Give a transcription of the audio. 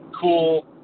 cool